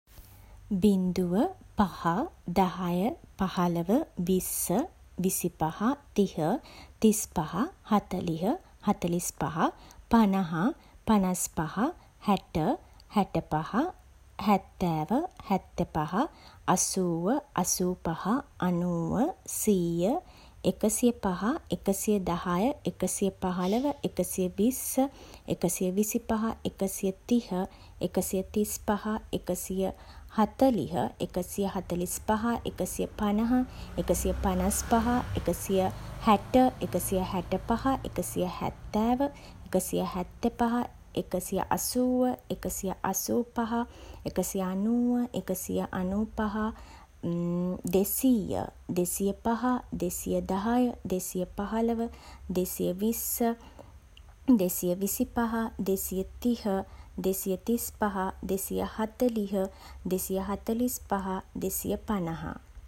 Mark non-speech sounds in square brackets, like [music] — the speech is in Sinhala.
බිංදුව පහ දහය පහළොව විස්ස විසි විසිපහ තිහ තිස්පහ හතළිස් හතළිස්පහ පනහ පනස්පහ හැට හැටපහ හැත්තෑව හැත්තෑපහ අසූව අසූපහ අනූව අනූපහ සීය එකසිය පහ එකසිය දහය එකසිය පහළව එකසිය විස්ස එකසිය විසිපහ එකසිය තිහ එකසිය තිස්පහ එකසිය හතළිහ එකසිය හතළිස්පහ එකසිය පනහ එකසිය පනස්පහ එකසිය හැට එකසිය හැටපහ එකසිය හැත්තෑව එකසිය හැත්තෑපහ එකසිය අසූව එකසිය අසූපහ එකසිය අනූව එකසිය අනූපහ [hesitation] දෙසීය දෙසිය පහ දෙසිය දහය දෙසිය පහළව දෙසිය විස්ස දෙසිය විසිපහ දෙසිය තිහ දෙසිය තිස්පහ දෙසිය හතළිහ දෙසිය හතළිස්පහ දෙසිය පනහ